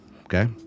Okay